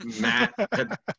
Matt